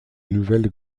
nouvelle